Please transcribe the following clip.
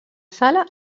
sala